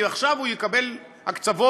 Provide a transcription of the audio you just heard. כי עכשיו הוא יקבל הקצבות